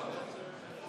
התשובה.